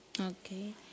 Okay